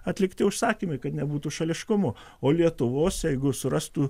atlikti užsakymai kad nebūtų šališkumo o lietuvos jeigu surastų